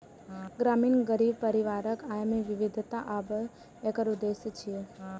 ग्रामीण गरीब परिवारक आय मे विविधता आनब एकर उद्देश्य छियै